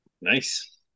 Nice